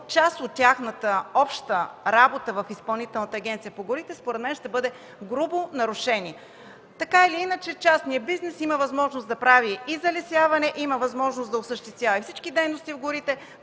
част от тяхната обща работа в Изпълнителната агенция по горите, според мен ще бъде грубо нарушение. Така или иначе частният бизнес има възможност да прави и залесяване, има възможност да осъществява и всички дейности в горите.